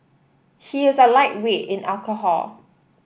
he is a lightweight in alcohol